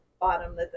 bottom